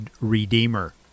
Redeemer